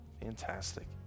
fantastic